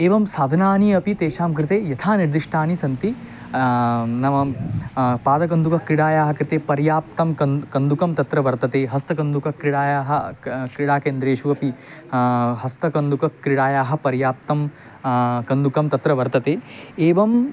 एवं साधनानि अपि तेषां कृते यथा निर्दिष्टानि सन्ति नाम पादुकन्दुकक्रीडायाः कृते पर्याप्ताः कन्दुकाः कन्दुकाः तत्र वर्तन्ते हस्तकन्दुकक्रीडायाः कृते क्रीडाकेन्द्रेषु अपि हस्तकन्दुकक्रीडायाः पर्याप्ताः कन्दुकाः तत्र वर्तन्ते एवं